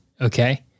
Okay